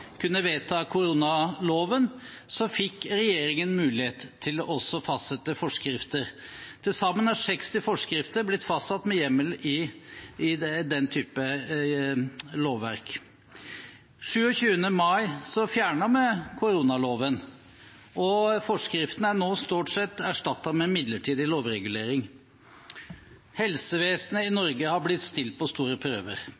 kunne vedta koronaloven, fikk regjeringen mulighet til også å fastsette forskrifter. Til sammen er 60 forskrifter blitt fastsatt med hjemmel i den type lovverk. Den 27. mai fjernet vi koronaloven, og forskriftene er nå stort sett erstattet med midlertidig lovregulering. Helsevesenet i Norge har blitt stilt på store prøver,